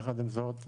יחד עם זאת,